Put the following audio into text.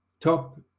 top